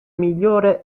migliore